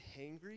hangry